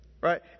Right